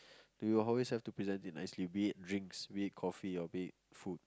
you will always have to present it nicely be it drinks be it coffee or be it food